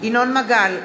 ינון מגל,